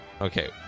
Okay